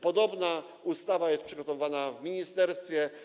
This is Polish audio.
Podobna ustawa jest również przygotowywana w ministerstwie.